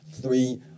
three